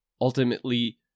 ultimately